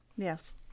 Yes